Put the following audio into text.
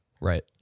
Right